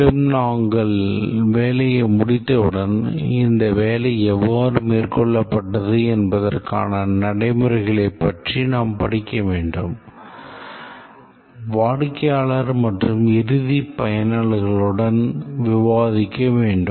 மேலும் நாங்கள் வேலையை கவனித்தவுடன் இந்த வேலை எவ்வாறு மேற்கொள்ளப்பட்டது என்பதற்கான நடைமுறைகளைப் பற்றி நாம் படிக்க வேண்டும் வாடிக்கையாளர் மற்றும் இறுதி பயனர்களுடன் விவாதிக்க வேண்டும்